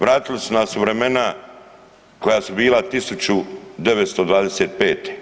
Vratili su nas u vremena koja su bila 1925.